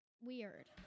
weird